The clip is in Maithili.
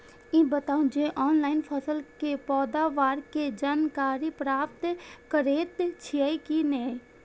ई बताउ जे ऑनलाइन फसल के पैदावार के जानकारी प्राप्त करेत छिए की नेय?